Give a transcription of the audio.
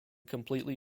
completely